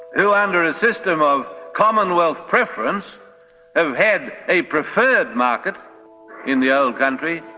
who under a system of commonwealth preference have had a preferred market in the old country,